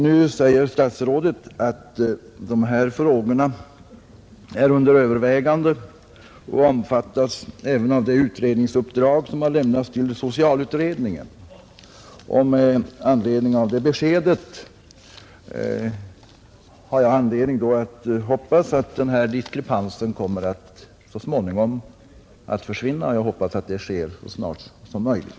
Nu säger statsrådet att dessa frågor är under övervägande och innefattas i det uppdrag som har givits till socialutredningen, och det beskedet ger mig anledning hoppas att denna diskrepans så småningom kommer att försvinna. Det är också angeläget att så sker och att det sker fortast möjligt.